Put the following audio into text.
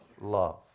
love